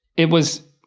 it was,